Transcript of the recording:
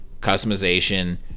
customization